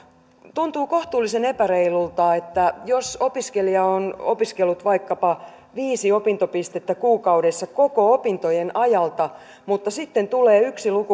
tuntuu kohtuullisen epäreilulta että jos opiskelija on opiskellut vaikkapa viisi opintopistettä kuukaudessa koko opintojen ajalta mutta sitten tulee yksi